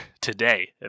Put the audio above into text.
today